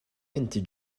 inti